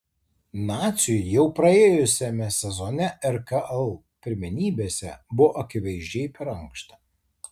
naciui jau praėjusiame sezone rkl pirmenybėse buvo akivaizdžiai per ankšta